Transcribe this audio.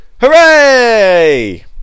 Hooray